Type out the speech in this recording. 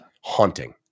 haunting